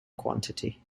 quantity